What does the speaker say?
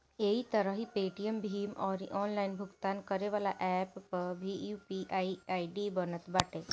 एही तरही पेटीएम, भीम अउरी ऑनलाइन भुगतान करेवाला एप्प पअ भी यू.पी.आई आई.डी बनत बाटे